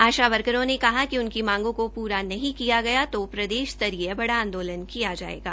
आशा वर्करों ने कहा कि उनकी मांगों को पूरा नहीं किया गया तो प्रदेश स्तरीय बड़ा आंदोलन किया जाएगा